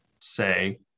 say